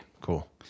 Cool